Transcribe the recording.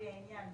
לפי העניין,